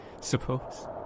suppose